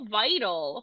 vital